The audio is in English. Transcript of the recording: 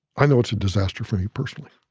i know it's a disaster for me personally